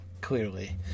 clearly